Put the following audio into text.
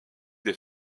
des